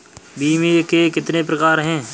बीमे के कितने प्रकार हैं?